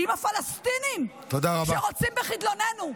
עם הפלסטינים, שרוצים בחדלוננו.